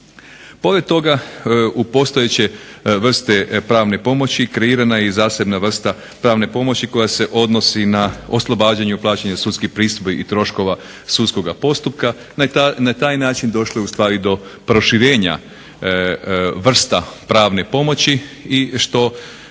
Pored toga u postojeće vrste pravne pomoći kreirana i zasebna vrsta pravne pomoći koja se odnosi na oslobađanje plaćanja sudskih pristojbi i troškova sudskoga postupka, na taj način došlo je ustvari do proširenja vrsta pravne pomoći i što